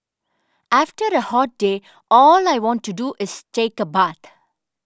after a hot day all I want to do is take a bath